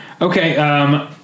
Okay